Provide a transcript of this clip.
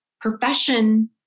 profession